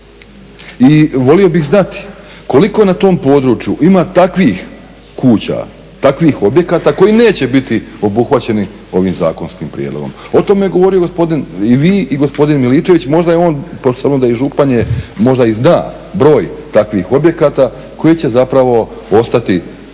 I volio bih znati koliko na tom području ima takvih kuća, takvih objekata koji neće biti obuhvaćeni ovim zakonskim prijedlogom. O tome je govorio gospodin i vi i gospodin Miličević. Možda je on pošto …/Govornik se ne razumije./… možda i zna broj takvih objekata koji će zapravo ostati u onom